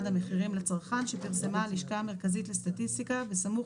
המחירים לצרכן שפרסמה הלשכה המרכזית לסטטיסטיקה בסמוך